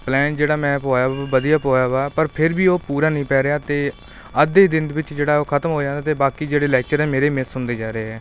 plan ਜਿਹੜਾ ਮੈ ਪਵਾਇਆ ਵਾ ਵਧੀਆ ਪਵਾਇਆ ਵਾ ਪਰ ਫਿਰ ਵੀ ਉਹ ਪੂਰਾ ਨਹੀਂ ਪੈ ਰਿਹਾ ਅਤੇ ਅੱਧੇ ਦਿਨ ਦੇ ਵਿੱਚ ਜਿਹੜਾ ਉਹ ਖ਼ਤਮ ਹੋ ਜਾਂਦਾ ਅਤੇ ਬਾਕੀ ਜਿਹੜੇ ਲੈਕਚਰ ਆ ਮੇਰੇ ਮਿੱਸ ਹੁੰਦੇ ਜਾ ਰਹੇ ਹੈ